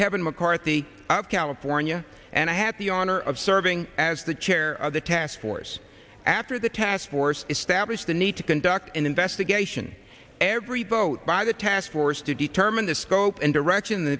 kevin mccarthy of california and i had the honor of serving as the chair of the task force after the task force established the need to conduct an investigation every vote by the taskforce to determine the scope and direction th